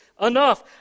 enough